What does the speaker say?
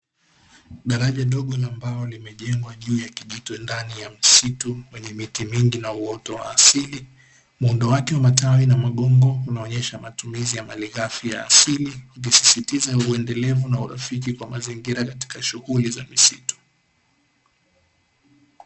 Daraja dogo la mbao, limejengwa juu ya kijito, ndani ya msitu wenye miti mingi na uoto wa asili. Muundo wake wa matawi na magongo, unaonyesha matumizi ya malighafi ya asili, ikisisitiza uendelevu na urafiki kwa mazingira katika shughuli za misitu.